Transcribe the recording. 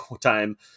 time